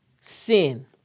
sin